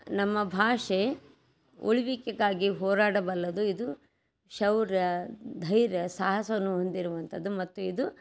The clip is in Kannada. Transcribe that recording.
ನಮ್ಮ ಭಾಷೆ ಉಳಿವಿಕೆಗಾಗಿ ಹೋರಾಡಬಲ್ಲದು ಇದು ಶೌರ್ಯ ಧೈರ್ಯ ಸಾಹಸವನ್ನು ಹೊಂದಿರುವಂಥದ್ದು ಮತ್ತು ಇದು